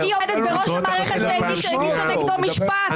היא עומדת בראש המערכת שהגישה נגדו משפט,